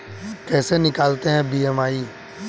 कैसे निकालते हैं बी.एम.आई?